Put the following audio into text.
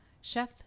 Chef